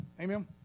Amen